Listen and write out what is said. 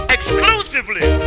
Exclusively